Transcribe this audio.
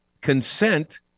consent